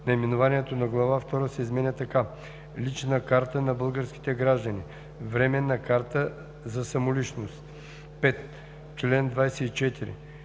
Наименованието на глава втора се изменя така: „Лична карта на българските граждани. Временна карта за самоличност“. 5. В чл.